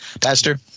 Pastor